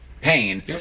pain